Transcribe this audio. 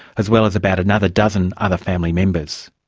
as well as about another dozen other family members.